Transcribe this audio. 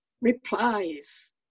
replies